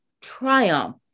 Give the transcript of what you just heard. triumph